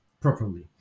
properly